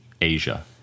Asia